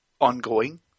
ongoing